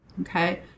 okay